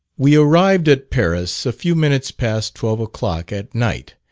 we arrived at paris a few minutes past twelve o'clock at night,